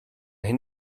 hyn